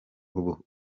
ubu